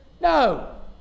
No